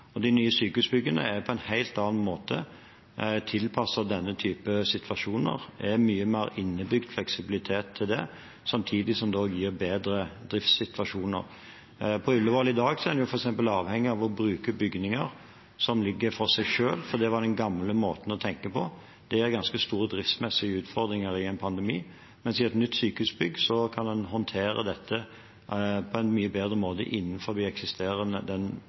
De nye sykehusbyggene er på en helt annen måte tilpasset denne typen situasjoner. Det er mye mer innebygd fleksibilitet for det, samtidig som det også gir bedre driftssituasjoner. På Ullevål i dag er man f.eks. avhengig av å bruke bygninger som ligger for seg selv, for det var den gamle måten å tenke på. Det gir ganske store driftsmessige utfordringer i en pandemi. Men i et nytt sykehusbygg kan man håndtere dette på en mye bedre måte innenfor den eksisterende